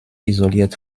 isoliert